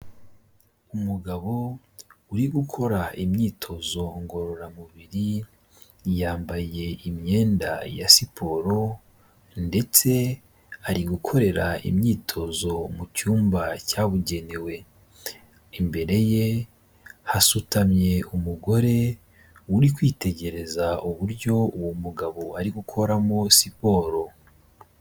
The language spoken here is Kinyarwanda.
Umugabo uri gukora imyitozo ngororamubiri, yambaye imyenda ya siporo ndetse ari gukorera imyitozo mu cyumba cyabugenewe, imbere ye hasutamye umugore uri kwitegereza uburyo uwo mugabo ari gukoramo siporo.